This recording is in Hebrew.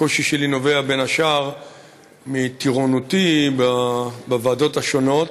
הקושי שלי נובע בין השאר מטירונותי בוועדות השונות,